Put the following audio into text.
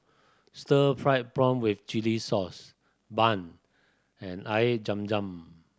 stir fried prawn with chili sauce bun and Air Zam Zam